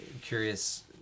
curious